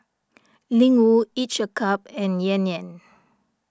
Ling Wu Each a cup and Yan Yan